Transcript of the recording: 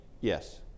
Yes